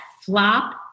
flop